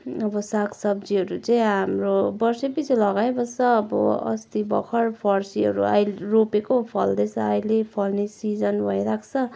अब सागसब्जीहरू चाहिँ हाम्रो वर्षैपछि लगाइबस्छ अब अस्ति भर्खर फर्सीहरू अहिले रोपेको फल्दैछ अहिले फल्ने सिजन भइराखेको छ